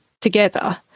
together